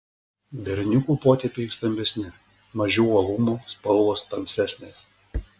berniukų potėpiai stambesni mažiau uolumo spalvos tamsesnės